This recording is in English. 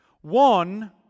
One